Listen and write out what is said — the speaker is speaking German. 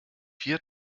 vier